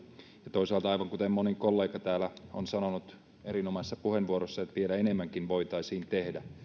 ja aivan kuten moni kollega täällä on sanonut erinomaisissa puheenvuoroissaan toisaalta vielä enemmänkin voitaisiin tehdä